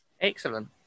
Excellent